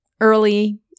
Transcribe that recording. early